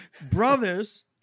brothers